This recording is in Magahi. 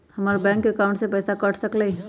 हमर बैंक अकाउंट से पैसा कट सकलइ ह?